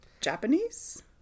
japanese